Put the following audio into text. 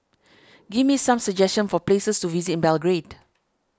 give me some suggestions for places to visit in Belgrade